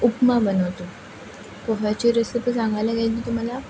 उपमा बनवतो पोह्याची रेसिपी सांगायला गेली तर तुम्हाला